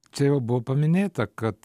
čia jau buvo paminėta kad